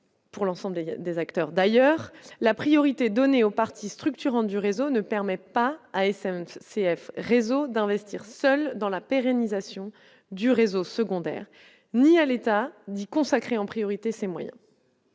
pour l'ensemble des acteurs d'ailleurs la priorité donnée aux partis structurants du réseau ne permettent pas à SNCF, réseau d'investir seul dans la pérennisation du réseau secondaire ni à l'État d'y consacrer en priorité c'est moyens